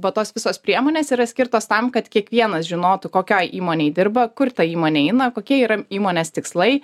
va tos visos priemonės yra skirtos tam kad kiekvienas žinotų kokioj įmonėj dirba kur ta įmonė eina kokie yra įmonės tikslai